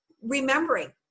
remembering